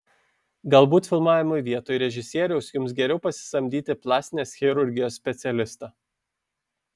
galbūt filmavimui vietoj režisieriaus jums geriau pasisamdyti plastinės chirurgijos specialistą